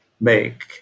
make